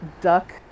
duck